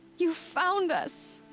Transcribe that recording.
you found us!